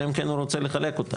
אלא אם כן הוא רוצה לחלק אותה,